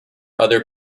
other